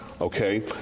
Okay